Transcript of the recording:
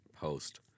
post